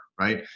right